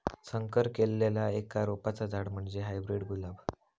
संकर केल्लल्या एका रोपाचा झाड म्हणजे हायब्रीड गुलाब